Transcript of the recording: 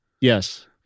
Yes